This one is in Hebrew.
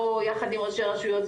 או יחד עם ראשי הרשויות,